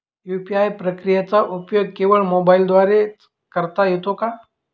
UPI प्रक्रियेचा उपयोग केवळ मोबाईलद्वारे च करता येतो का?